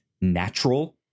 natural